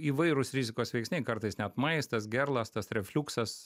įvairūs rizikos veiksniai kartais net maistas gerlastas refliuksas